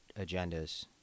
agendas